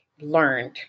learned